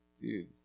Dude